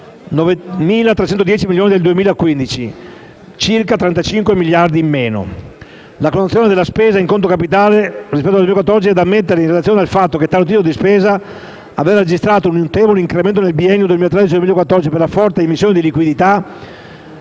41.310 milioni del 2015 (circa 35 miliardi in meno). La contrazione della spesa in conto capitale rispetto al 2014 è da mettere in relazione al fatto che tale titolo di spesa aveva registrato un notevole incremento nel biennio 2013-2014, per la forte immissione di liquidità